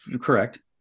correct